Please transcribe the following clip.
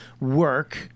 work